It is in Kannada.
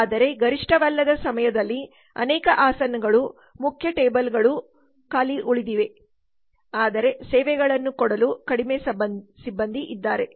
ಆದರೆ ಗರಿಷ್ಠವಲ್ಲದ ಸಮಯದಲ್ಲಿ ಅನೇಕ ಆಸನಗಳು ಮುಖ್ಯ ಟೇಬಲ್ಗಳು ಉಳಿದಿವೆ ಆದರೆ ಸೇವೆಗಳನ್ನು ಕೊಡಲು ಕಡಿಮೆ ಸಿಬ್ಬಂದಿ ಇದ್ದಾರೆ